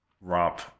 romp